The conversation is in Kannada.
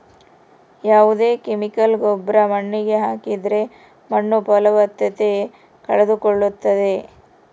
ಯಾವ್ದೇ ಕೆಮಿಕಲ್ ಗೊಬ್ರ ಮಣ್ಣಿಗೆ ಹಾಕಿದ್ರೆ ಮಣ್ಣು ಫಲವತ್ತತೆ ಕಳೆದುಕೊಳ್ಳುತ್ತದೆ